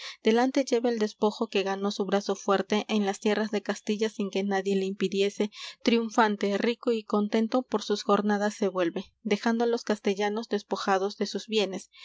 delante lleva el despojo que ganó su brazo fuerte en las tierras de castilla sin que nadie le impidiese triunfante rico y contento por sus jornadas se vuelve dejando á los castellanos despojados de sus bienes